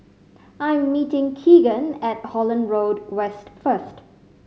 I am meeting Keagan at Holland Road West first